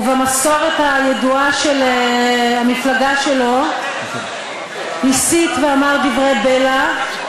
ובמסורת הידועה של המפלגה שלו הסית ואמר דברי בלע,